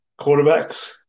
quarterbacks